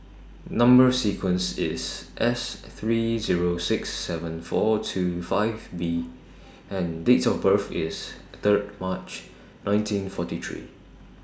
Number sequence IS S three Zero six seven four two five B and Date of birth IS Third March nineteen forty three